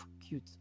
cute